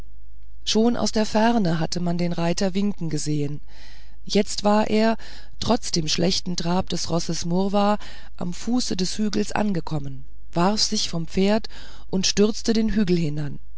schon aus der ferne hatte man den reiter winken gesehen jetzt war er trotz dem schlechten trab des rosses marva am fuße des hügels angekommen warf sich vom pferd und stürzte den hügel hinan